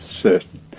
Certain